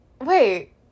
wait